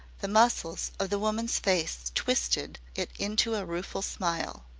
the muscles of the woman's face twisted it into a rueful smile.